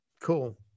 Cool